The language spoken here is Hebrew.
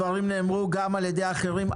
הדברים נאמרו גם על ידי אחרים,